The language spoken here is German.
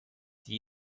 die